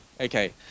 Okay